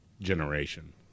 generation